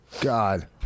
God